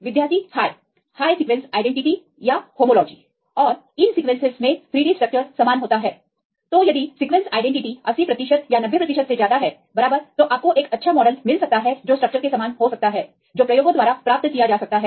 विद्यार्थी हाय rightहाय आईडेंटिटी या होमोलॉजी और इन सीक्वेंसेस में 3D स्ट्रक्चर समान होता है तो यदि सीक्वेंसआईडेंटिटी 80 या 90 से ज्यादा है बराबर तो आपको एक अच्छा मॉडल मिल सकता है जो स्ट्रक्चरस के समान हो सकता है जो प्रयोगों द्वारा प्राप्त किया जा सकता है